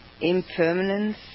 impermanence